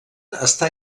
estar